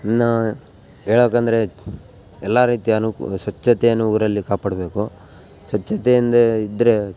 ಇನ್ನು ಹೇಳಕಂದರೆ ಎಲ್ಲ ರೀತಿಯ ಅನುಕೂ ಸ್ವಚ್ಛತೆಯನ್ನು ಊರಲ್ಲಿ ಕಾಪಾಡಬೇಕು ಸ್ವಚ್ಛತೆಯಿಂದ ಇದ್ರೆ